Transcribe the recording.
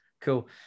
Cool